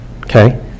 okay